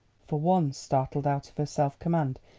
for once startled out of her self-command,